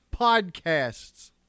podcasts